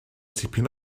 tipyn